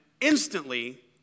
instantly